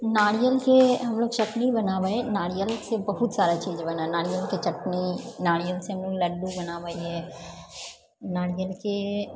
नारियलके हमलोग चटनी बनाबए नारियलसँ बहुत सारा चीज बनए नारियलके चटनी नारियलसँ हमलोग लड्डू बनाबै हियै नारियलके